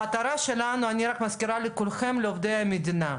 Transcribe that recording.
המטרה שלנו, אני רק מזכירה לכולכם, לעובדי המדינה,